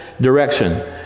direction